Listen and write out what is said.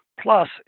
plus